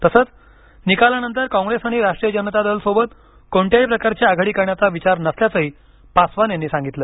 तसंच निकालानंतर कॉंग्रेस आणि राष्ट्रीय जनता दल सोबत कोणत्याही प्रकारची आघाडी करण्याचा विचार नसल्याचंही पासवान यांनी सांगितलं